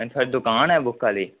थोआड़ी दुकान ऐ बुक आह्ली